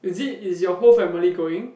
is it is your whole family going